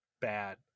bad